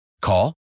Call